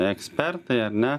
ekspertai ar ne